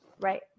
right